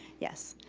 yes.